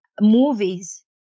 movies